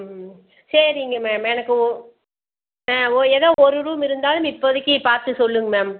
ம் சரிங்க மேம் எனக்கு ஓ ஆ ஒ எதோ ஒரு ரூம் இருந்தாலும் இப்போதிக்கு பார்த்து சொல்லுங்கள் மேம்